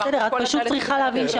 עברנו את כל התהליכים כדי להביא אותו.